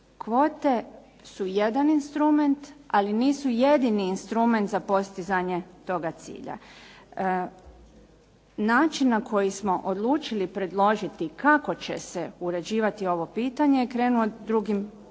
Kvote su jedan instrument, ali nisu jedini instrument za postizanje toga cilja. Način na koji smo odlučili predložiti kako će se uređivati ovo pitanje je krenuo drugim smjerom,